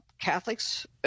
Catholics